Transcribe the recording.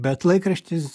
bet laikraštis